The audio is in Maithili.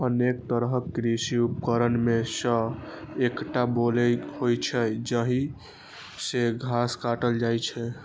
अनेक तरहक कृषि उपकरण मे सं एकटा बोलो होइ छै, जाहि सं घास काटल जाइ छै